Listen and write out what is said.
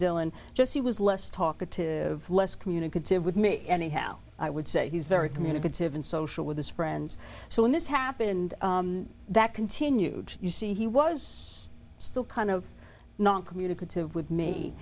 dylan just he was less talkative less communicative with me anyhow i would say he's very communicative and social with his friends so when this happened that continued you see he was still kind of non communicative with me